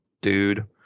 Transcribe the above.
dude